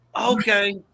okay